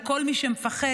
לכל מי שמפחד,